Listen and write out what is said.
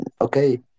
Okay